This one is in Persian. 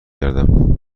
گردم